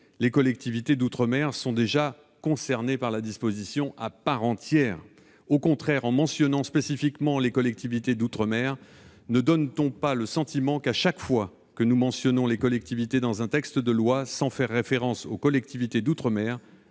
les collectivités d'outre-mer sont déjà incluses à part entière dans le champ de la disposition. Au contraire, en mentionnant spécifiquement les collectivités d'outre-mer, ne donnerait-on pas le sentiment que, chaque fois que nous mentionnons les collectivités dans un texte de loi sans faire référence aux collectivités d'outre-mer,